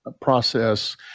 process